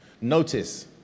Notice